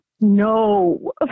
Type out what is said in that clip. No